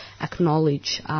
acknowledge